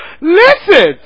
Listen